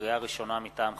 לקריאה ראשונה, מטעם הכנסת: